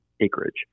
acreage